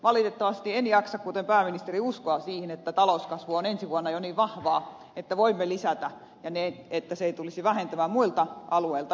valitettavasti en jaksa kuten pääministeri uskoa siihen että talouskasvu on ensi vuonna jo niin vahvaa että voimme lisätä tähän rahaa ja että se ei tulisi vähentämään muilta alueilta yhtään pois